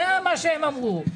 זה מה שהם אמרו.